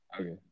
Okay